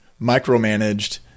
micromanaged